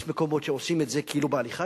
יש מקומות שעושים את זה כאילו בהליכה,